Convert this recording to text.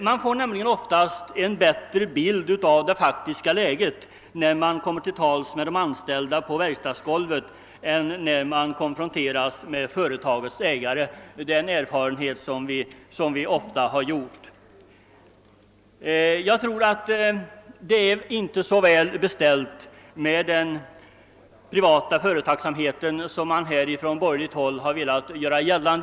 Man får oftast en bättre bild av det faktiska läget när man kommer till tals med de anställda på verkstadsgolvet än när man konfronteras med företagets ägare. Det är en erfarenhet som vi ofta gjort. Jag tror inte att det är så väl beställt med den privata företagsnämndsverksamheten som man här velat göra gällande från borgerligt håll.